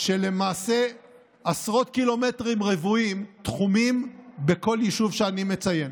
שלמעשה עשרות קילומטרים רבועים תחומים בכל יישוב שאני מציין.